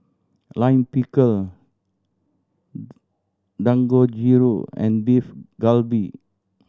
Lime Pickle Dangojiru and Beef Galbi